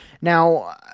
Now